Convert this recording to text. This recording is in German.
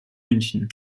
münchen